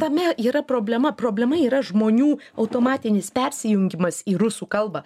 tame yra problema problema yra žmonių automatinis persijungimas į rusų kalbą